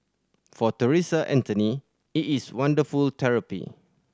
for Theresa Anthony it is wonderful therapy